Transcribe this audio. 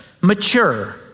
mature